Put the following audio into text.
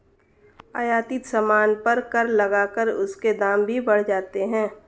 आयातित सामान पर कर लगाकर उसके दाम भी बढ़ जाते हैं